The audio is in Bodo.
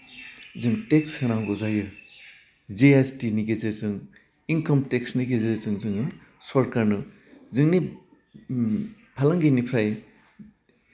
जों टेक्स होनांगौ जायो जेएसटिनि गेजेरजों इंकाम टेक्सनि गेजेरजों जोङो सरकारनो जोंनि उम फालांगिनिफ्राय